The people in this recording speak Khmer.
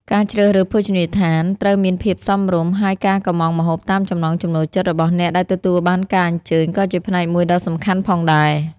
ការជ្រើសរើសភោជនីយដ្ឋានត្រូវមានភាពសមរម្យ ហើយការកម្មងម្ហូបតាមចំណង់ចំណូលចិត្តរបស់អ្នកដែលទទួលបានការអញ្ជើញក៏ជាផ្នែកមួយដ៏សំខាន់ផងដែរ។